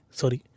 sorry